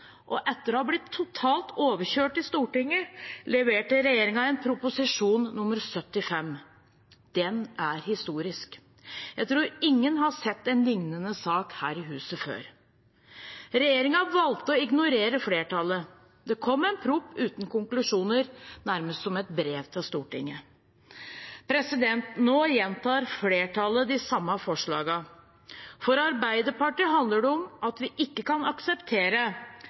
Etter å ha blitt totalt overkjørt i Stortinget leverte regjeringen Prop. 75 S for 2020–2021. Den er historisk. Jeg tror ingen har sett en lignende sak her i huset før. Regjeringen valgte å ignorere flertallet. Det kom en proposisjon uten konklusjoner, nærmest som et brev til Stortinget. Nå gjentar flertallet de samme forslagene. For Arbeiderpartiet handler det om at vi ikke kan akseptere